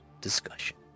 discussion